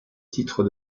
titres